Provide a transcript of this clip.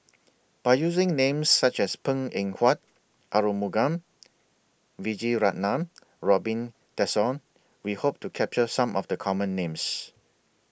By using Names such as Png Eng Huat Arumugam Vijiaratnam Robin Tessensohn We Hope to capture Some of The Common Names